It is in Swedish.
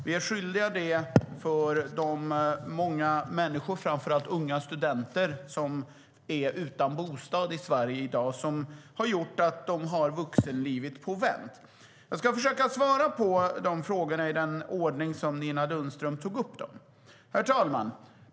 Det är vi skyldiga många människor, framför allt unga studenter som är utan bostad i Sverige i dag, vilket gör att de har sitt vuxenliv på vänt. Herr talman!